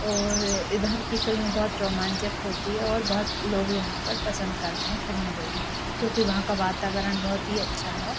ओर इधर की फ़िल्में बहुत रोमान्चक होती हैं और बहुत लोग यहाँ पर पसन्द करते हैं फ़िल्में देखना क्योंकि वहाँ का वातावरण बहुत ही अच्छा है